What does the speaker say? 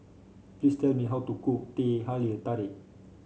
please tell me how to cook Teh Halia Tarik